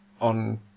on